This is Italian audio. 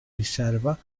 riserva